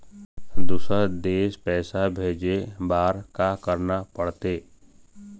दुसर देश पैसा भेजे बार का करना पड़ते?